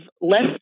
less